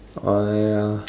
oh ya